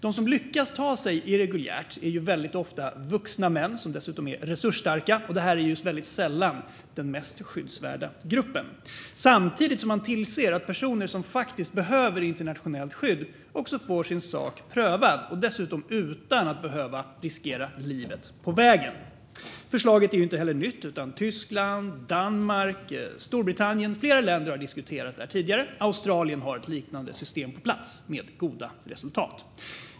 De som lyckas ta sig in irreguljärt är väldigt ofta vuxna män, som dessutom är resursstarka, och det är väldigt sällan den mest skyddsvärda gruppen. Samtidigt tillser man att personer som faktiskt behöver internationellt skydd också får sin sak prövad, dessutom utan att behöva riskera livet på vägen. Förslaget är inte nytt. Tyskland, Danmark, Storbritannien och flera andra länder har diskuterat detta tidigare. Australien har ett liknande system på plats med goda resultat.